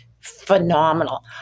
phenomenal